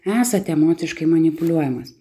esate emociškai manipuliuojamas